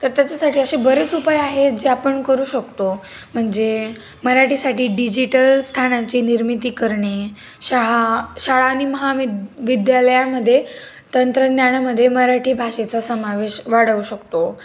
तर त्याच्यासाठी असे बरेच उपाय आहेत जे आपण करू शकतो म्हणजे मराठीसाठी डिजिटल स्थानाची निर्मिती करणे शाळा शाळा आणि महाविद विद्यालयामध्ये तंत्रज्ञानामध्ये मराठी भाषेचा समावेश वाढवू शकतो